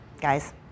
Guys